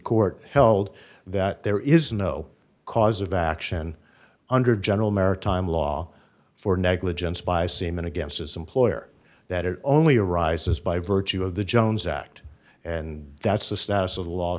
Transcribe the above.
court held that there is no cause of action under general maritime law for negligence by a seaman against his employer that it only arises by virtue of the jones act and that's the status of